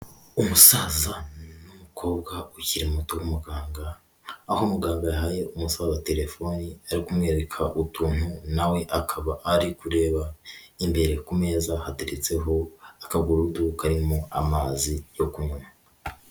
Umusaza n'umukobwa ukiri muto w'umuganga, aho muganga yahaye umusaza telefoni ari kumwereka utuntu nawe akaba ari kureba, imbere ku meza hatetseho akagurudu karimo amazi yo kunywa.